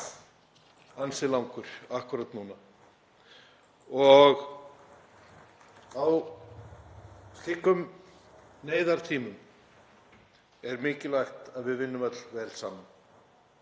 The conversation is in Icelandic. ansi langur akkúrat núna. Á slíkum neyðartímum er mikilvægt að við vinnum öll vel saman